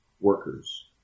workers